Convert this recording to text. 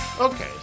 Okay